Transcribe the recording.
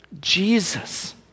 Jesus